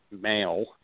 male